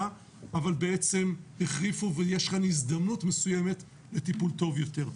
אבל בעצם החריפו ויש כאן הזדמנות מסוימת לטיפול טוב יותר.